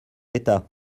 l’état